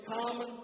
common